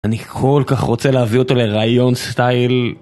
אני כל כך רוצה להביא אותו לראיון סטייל